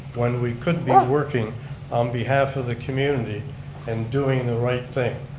when we could be working on behalf of the community and doing the right thing.